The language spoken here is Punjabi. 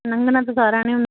ਲੰਘਣਾ ਤਾਂ ਸਾਰਿਆਂ ਨੇ ਹੁ